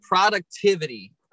productivity